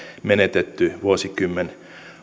menetetty vuosikymmen